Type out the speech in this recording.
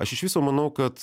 aš iš viso manau kad